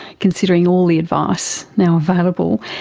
considering all the advice now available.